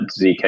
zk